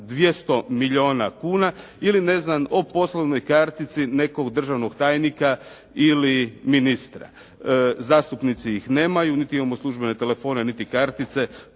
200 milijuna kuna ili ne znam o poslovnoj kartici nekog državnog tajnika ili ministra, zastupnici ih nemaju, niti imamo službene telefone, niti kartice,